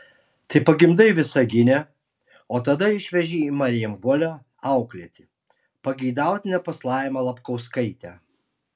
tai pagimdai visagine o tada išveži į marijampolę auklėti pageidautina pas laimą lapkauskaitę